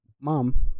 mom